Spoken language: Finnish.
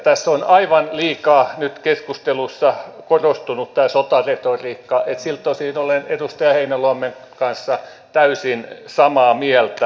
tässä on aivan liikaa nyt keskustelussa korostunut tämä sotaretoriikka niin että siltä osin olen edustaja heinäluoman kanssa täysin samaa mieltä